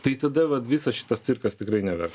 tai tada vat visas šitas cirkas tikrai never